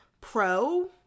pro